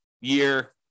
year